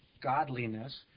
godliness